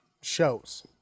shows